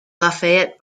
lafayette